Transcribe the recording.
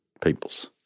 peoples